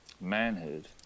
manhood